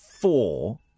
four